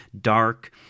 dark